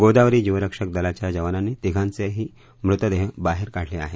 गोदावरी जीवरक्षक दलाच्या जवानांनी तिघांचेही मृतदेह बाहेर काढले आहेत